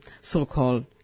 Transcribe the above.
so-called